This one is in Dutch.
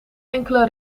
enkele